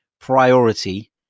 priority